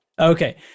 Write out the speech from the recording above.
Okay